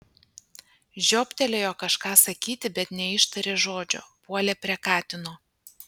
žiobtelėjo kažką sakyti bet neištarė žodžio puolė prie katino